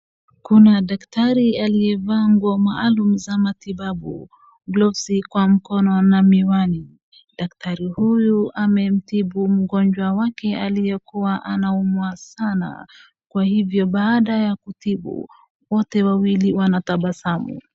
Kuna daktari aliyevaa nguo maalum za matibabu, gloves kwa mikono na miwani. Daktari huyu amemtibu mgonjwa wake aliyekuwa anaumwa sana kwa hivyo baada ya kutibu wote wawili wanatabasamu.